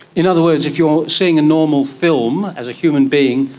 in other words, if you are seeing a normal film as a human being,